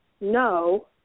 no